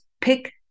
pick